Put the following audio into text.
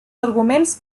arguments